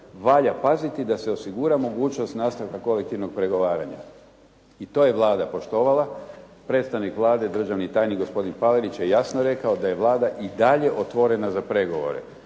valja paziti da se osigura mogućnost nastavka kolektivnog pregovaranja.". I to je Vlada poštovala. Predstavnik Vlade državni tajnik gospodin Palarić je jasno rekao da je Vlada i dalje otvorena za pregovore